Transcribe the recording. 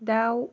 दाव